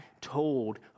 told